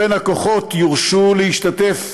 כמו כן, הכוחות יורשו להשתתף